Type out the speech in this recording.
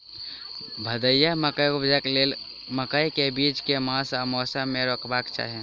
भदैया मकई उपजेबाक लेल मकई केँ बीज केँ मास आ मौसम मे रोपबाक चाहि?